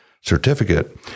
certificate